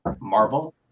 marvel